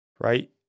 right